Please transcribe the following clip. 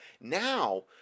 now